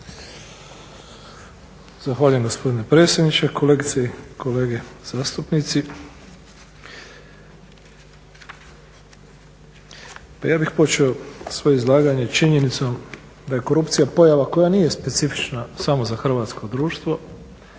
Zahvaljujem gospodine predsjedniče, kolegice i kolege zastupnici. Pa ja bih počeo svoje izlaganje činjenicom da je korupcija pojava koja nije specifična samo za hrvatsko društvo